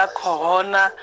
corona